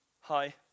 hi